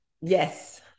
Yes